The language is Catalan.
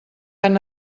han